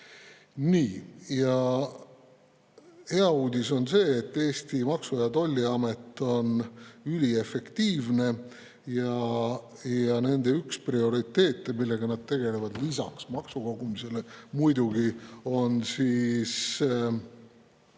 Nii, ja hea uudis on see, et Maksu- ja Tolliamet on üliefektiivne ja nende üks prioriteete, millega nad tegelevad lisaks maksukogumisele muidugi, on jälgida